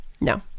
No